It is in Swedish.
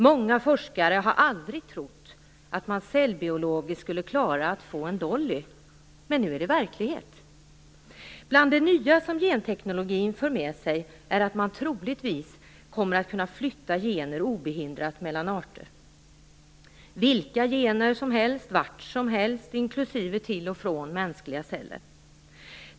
Många forskare har aldrig trott att man cellbiologiskt skulle klara att få en dolly. Men nu är det verklighet. Bland det nya som genteknologin för med sig är att man troligtvis kommer att kunna flytta gener obehindrat mellan arter - vilka gener som helst, vart som helst, inklusive till och från mänskliga celler.